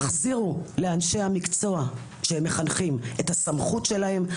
תחזירו לאנשי המקצוע שהם מחנכים את הסמכות שלהם.